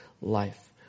life